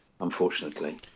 unfortunately